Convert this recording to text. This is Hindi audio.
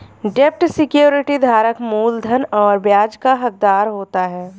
डेब्ट सिक्योरिटी धारक मूलधन और ब्याज का हक़दार होता है